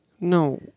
No